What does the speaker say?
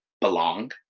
belong